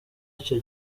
icyo